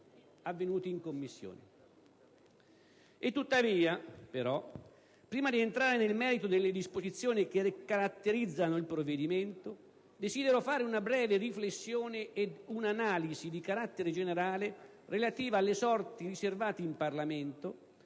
avvenuti in Commissione.